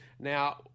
Now